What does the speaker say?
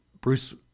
Bruce